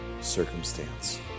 circumstance